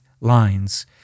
lines